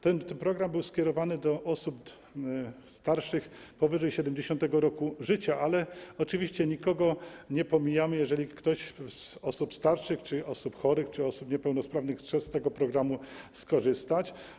Ten program był skierowany do osób starszych powyżej 70. roku życia, ale oczywiście nikogo nie pomijamy, jeżeli ktoś z osób starszych czy osób chorych, czy osób niepełnosprawnych chce z tego programu skorzystać.